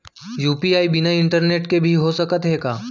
UPI बिना internet के भी हो सकत हे का?